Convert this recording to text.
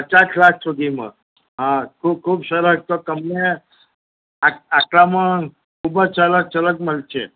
પચાસ લાખ સુધીમાં હા ખૂબ ખૂબ સરસ કંપનીને આટલા આટલામાં ખૂબ જ સરસ સરસ મલશે